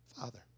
father